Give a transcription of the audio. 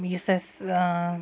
یُس اَسہِ